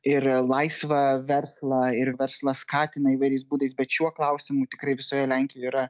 ir laisvą verslą ir verslą skatina įvairiais būdais bet šiuo klausimu tikrai visoje lenkijoj yra